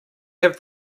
have